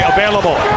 Available